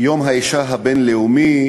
יום האישה הבין-לאומי,